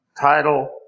Title